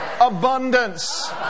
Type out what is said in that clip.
abundance